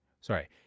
sorry